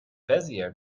bezier